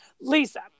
Lisa